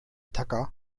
tacker